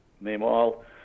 meanwhile